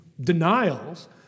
denials